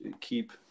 keep